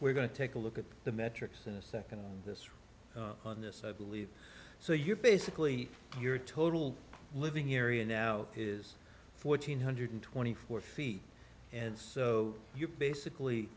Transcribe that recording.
we're going to take a look at the metrics in a second this on this i believe so you're basically your total living here and now is fourteen hundred twenty four feet and so you basically